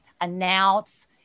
Announce